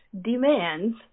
demands